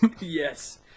Yes